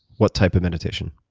what type of meditation?